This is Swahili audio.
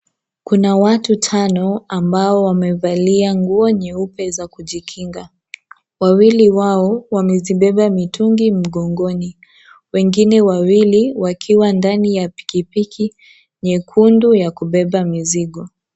Kuna watu tano ambao wamevalia nguo nyeupe za kujikinga wawili wao wamezibeba mitungi mgongoni wengine wawili wakiwa ndani ya piki piki nyekundu ya kubeba mizigo.